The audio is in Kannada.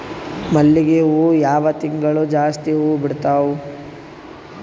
ಮಲ್ಲಿಗಿ ಹೂವು ಯಾವ ತಿಂಗಳು ಜಾಸ್ತಿ ಹೂವು ಬಿಡ್ತಾವು?